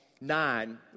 nine